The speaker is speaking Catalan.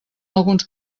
alguns